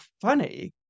funny